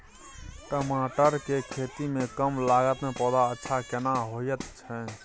टमाटर के खेती में कम लागत में पौधा अच्छा केना होयत छै?